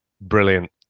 brilliant